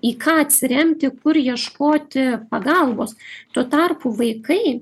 į ką atsiremti kur ieškoti pagalbos tuo tarpu vaikai